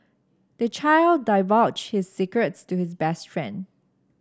the child divulged his secrets to his best friend